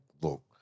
look